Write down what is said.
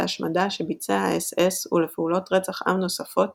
ההשמדה שביצע האס־אס ולפעולות רצח עם נוספות